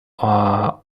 are